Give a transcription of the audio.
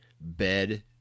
bed